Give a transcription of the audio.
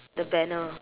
the banner